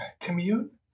commute